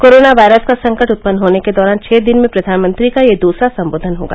corona virus का संकट उत्पन्न होने के दौरान छह दिन में प्रधानमंत्री का यह दूसरा संबोधन होगा